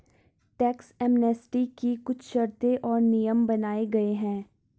tax amnesty की कुछ शर्तें और नियम बनाये गये हैं